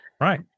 Right